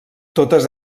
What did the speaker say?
totes